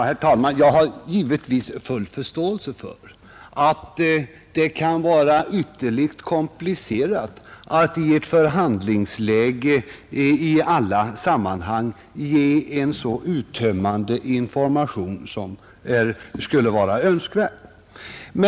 Herr talman! Jag har givetvis full förståelse för att det kan vara ytterligt komplicerat att i ett förhandlingsläge ge en så uttömmande information som skulle vara önskvärt.